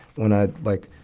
when i, like,